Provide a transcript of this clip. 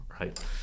right